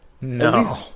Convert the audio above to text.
No